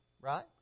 right